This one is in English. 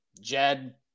Jed